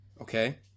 Okay